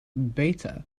beta